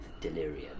delirium